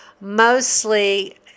mostly